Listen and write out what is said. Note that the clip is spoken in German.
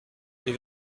wie